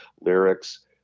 lyrics